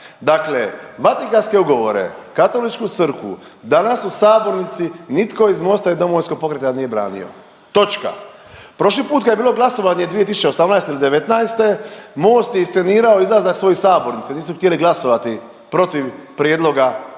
Dakle, vatikanske ugovore, Katoličku crkvu, danas u sabornici nitko iz Mosta i Domovinskog pokreta nije branio. Točka. Prošli put kad je bilo glasovanje 2018., '19., Most je iscenirao svojih iz sabornice, nisu htjeli glasovati protiv prijedloga